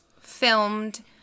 filmed